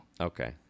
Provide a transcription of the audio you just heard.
Okay